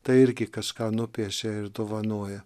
tai irgi kažką nupiešia ir dovanoja